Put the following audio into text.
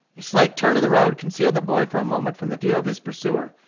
a slight turn in the road concealed the boy for a moment from the view of his pursuer,